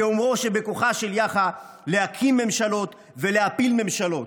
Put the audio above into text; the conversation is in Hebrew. באומרו שבכוחה של יאח"ה להקים ממשלות ולהפיל ממשלות.